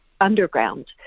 underground